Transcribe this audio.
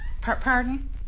Pardon